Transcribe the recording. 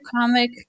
comic